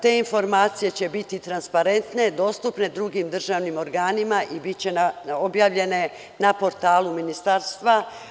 Te informacije će biti transparentne, dostupne drugim državnim organima i biće objavljene na portalu Ministarstva.